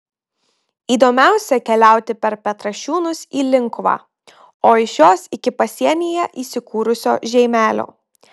įdomiausia keliauti per petrašiūnus į linkuvą o iš jos iki pasienyje įsikūrusio žeimelio